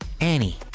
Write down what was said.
Annie